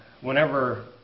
whenever